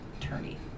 attorney